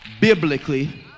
biblically